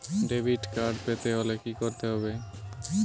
Debit card পেতে হলে কি করতে হবে?